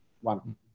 one